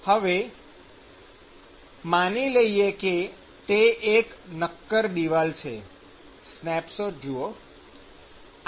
ચાલો હવે માની લઈએ કે તે એક નક્કર દિવાલ છે સ્નેપશોટ જુઓ